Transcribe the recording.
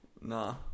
Nah